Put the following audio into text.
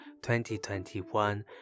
2021